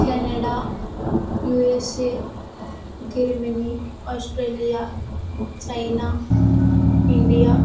Canada USA Germany Australia China India